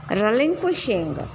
relinquishing